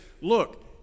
look